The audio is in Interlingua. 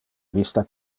vista